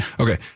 Okay